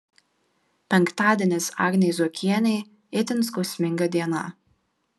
penktadienis agnei zuokienei itin skausminga diena